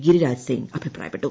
ഗിരിരാജ് സിങ് അഭിപ്രായപ്പെട്ടു